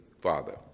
Father